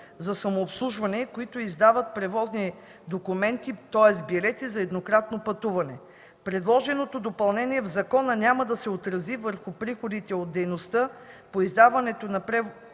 за самообслужване, които издават превозни документи – билети за еднократно пътуване. Предложеното допълнение в закона няма да се отрази върху приходите от дейността по издаване на превозни документи,